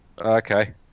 okay